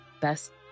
best